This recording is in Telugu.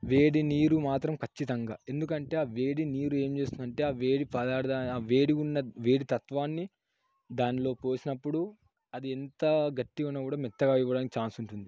వేడి నీరు మాత్రం ఖచ్చితంగా ఎందుకంటే ఆ వేడినీరు ఏం చేస్తుంది అంటే అ వేడి పదార్ధాన్ని ఆ వేడిగా ఉన్న వేడి తత్వాన్ని దానిలో పోసినప్పుడు అది ఎంత గట్టిగా ఉన్న కూడా మెత్తగా అయిపోవడానికి ఛాన్స్ ఉంటుంది